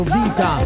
vita